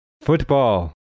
Football